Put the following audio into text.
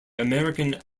american